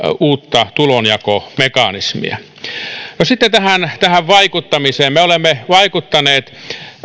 uutta tulonjakomekanismia sitten vaikuttamiseen me olemme vaikuttaneet